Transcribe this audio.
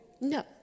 No